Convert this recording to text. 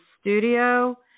studio